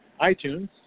iTunes